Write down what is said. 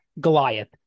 Goliath